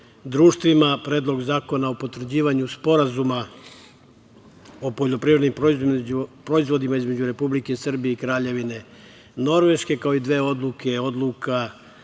društvima, Predlog zakona o potvrđivanju Sporazuma o poljoprivrednim proizvodima između Republike Srbije i Kraljevine Norveške, kao i dve odluke, Predlog